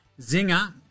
Zinger